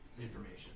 information